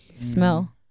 smell